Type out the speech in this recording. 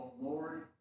Lord